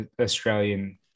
Australian